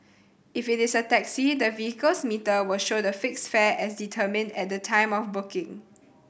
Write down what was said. if it is a taxi the vehicle's meter will show the fixed fare as determined at the time of booking